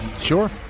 Sure